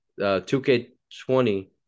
2K20